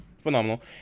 phenomenal